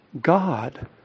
God